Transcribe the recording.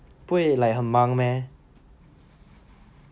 不会 like 很忙 meh